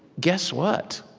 guess what?